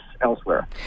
elsewhere